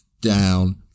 down